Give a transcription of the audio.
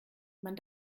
man